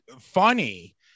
funny